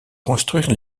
construire